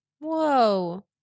Whoa